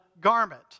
garment